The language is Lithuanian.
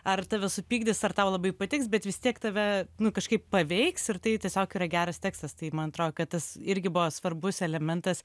ar tave supykdys ar tau labai patiks bet vis tiek tave nu kažkaip paveiks ir tai tiesiog yra geras tekstas tai man atrodo kad tas irgi buvo svarbus elementas